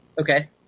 Okay